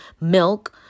milk